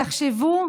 תחשבו,